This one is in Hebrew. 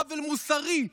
עוול מוסרי,